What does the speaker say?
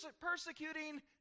persecuting